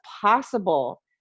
possible